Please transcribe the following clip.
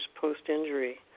post-injury